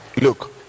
Look